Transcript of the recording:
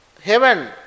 heaven